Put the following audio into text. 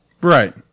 Right